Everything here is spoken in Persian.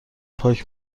پاک